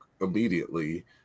immediately